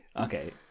Okay